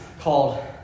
called